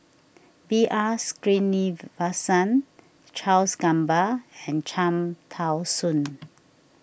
B R Sreenivasan Charles Gamba and Cham Tao Soon